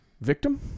victim